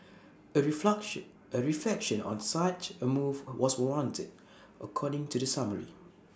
A refluxing reflection on such A move was warranted according to the summary